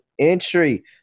entry